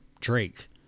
Drake